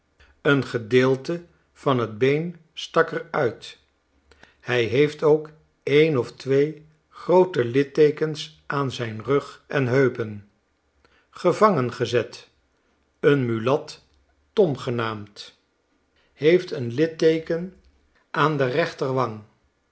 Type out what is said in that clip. een gedeelte van tbeen stak er uit hij heeft ook een of twee groote litteekens aan zijn rug en heupen gevangen gezet een mulat tom genaamd heeft een litteeken aan de rechterwang